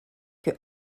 que